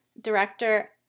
director